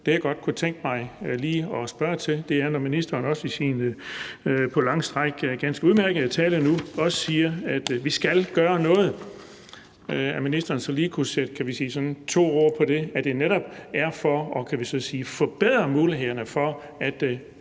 Det, jeg godt kunne tænke mig lige at spørge til, er, om ministeren, når han i sin på lange stræk ganske udmærkede tale siger, at vi skal gøre noget, så lige kunne sætte sådan to ord på det: om det netop er for at forbedre mulighederne for, at